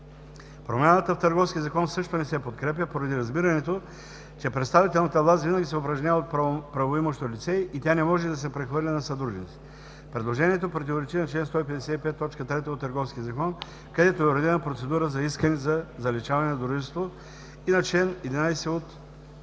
Промяната в Търговския закон също не се подкрепя поради разбирането, че представителната власт винаги се упражнява от правоимащо лице и тя не може да се прехвърля на съдружниците. Предложението противоречи на чл. 155, т. 3 от Търговския закон, където е уредена процедура за искане за заличаване на дружеството и на чл. 11 от